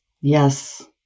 Yes